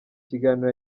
kiganiro